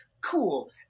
cool